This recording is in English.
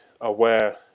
aware